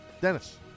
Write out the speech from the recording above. Dennis